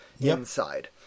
inside